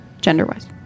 gender-wise